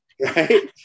right